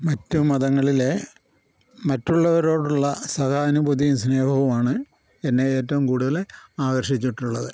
മറ്റ് മതങ്ങളിലെ മറ്റുള്ളവരോടുള്ള സഹാനുഭൂതിയും സ്നേഹവുമാണ് എന്നെ ഏറ്റവും കൂടുതല് ആകർഷിച്ചിട്ടുള്ളത്